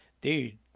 dude